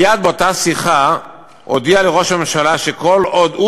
מייד באותה שיחה הודיע לי ראש הממשלה שכל עוד הוא